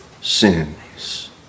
sins